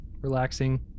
relaxing